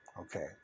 Okay